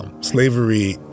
Slavery